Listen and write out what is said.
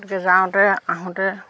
গতিকে যাওঁতে আহোঁতে